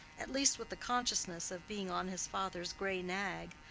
at least with the consciousness of being on his father's gray nag,